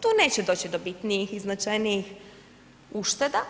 Tu neće doći do bitnijih i značajnijih ušteda,